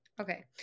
Okay